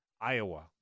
Iowa